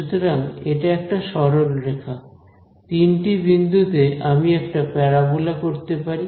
সুতরাং এটা একটা সরলরেখা তিনটি বিন্দুতে আমি একটা প্যারাবোলা করতে পারি